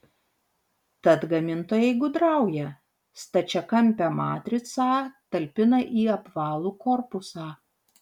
tad gamintojai gudrauja stačiakampę matricą talpina į apvalų korpusą